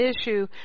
issue